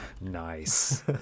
Nice